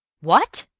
what?